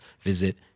visit